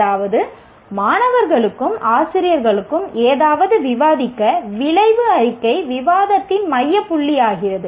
அதாவது மாணவர்களுக்கும் ஆசிரியர்களுக்கும் ஏதாவது விவாதிக்க விளைவு அறிக்கை விவாதத்தின் மைய புள்ளியாகிறது